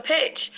Pitch